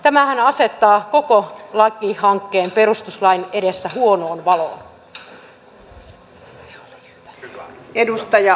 tämähän asettaa koko lakihankkeen perustuslain edessä huonoon valoon